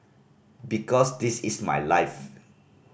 because this is my life